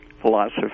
philosophy